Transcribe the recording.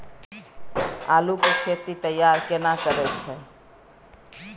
आलू के खेती के तैयारी केना करै छै?